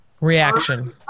Reaction